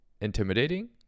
intimidating